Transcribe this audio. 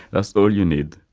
that's all you need,